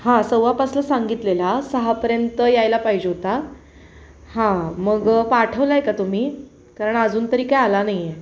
हां सव्वापाचला सांगितलेला सहापर्यंत यायला पाहिजे होता हां मग पाठवला आहे का तुम्ही कारण अजून तरी काही आला नाही आहे